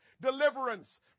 deliverance